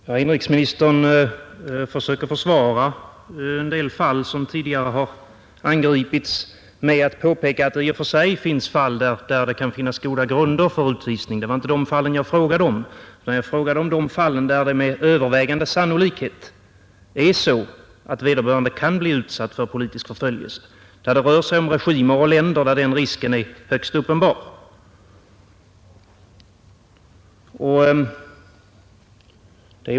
Fru talman! Herr inrikesministern försöker försvara en del fall, som tidigare har angripits, med att påpeka att det förekommer fall där det i och för sig kan finnas goda grunder för en utvisning. Det var emellertid inte de fallen jag frågade om, utan jag frågade om de fall, där det med övervägande sannolikhet är så, att vederbörande kan bli utsatt för politisk förföljelse, därför att det rör sig om sådana regimer och länder att den risken är högst uppenbar.